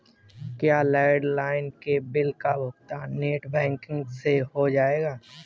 क्या लैंडलाइन के बिल का भुगतान नेट बैंकिंग से हो जाएगा?